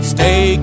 Stay